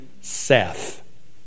Seth